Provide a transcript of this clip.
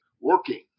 working